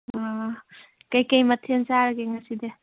ꯀꯔꯤ ꯀꯔꯤ ꯃꯊꯦꯜ ꯆꯥꯔꯒꯦ ꯉꯁꯤꯗꯤ